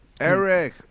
eric